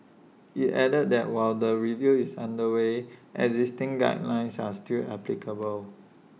IT added that while the review is under way existing guidelines are still applicable